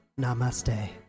Namaste